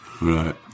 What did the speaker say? Right